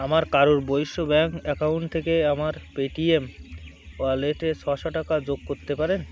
আমার Karur Vysya bank account থেকে আমার পেটিএম ওয়ালেটে ছশো টাকা যোগ করতে পারেন